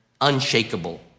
unshakable